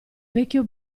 vecchio